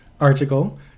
article